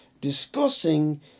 discussing